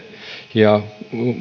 ja